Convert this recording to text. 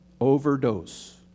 Overdose